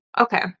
Okay